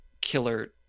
killer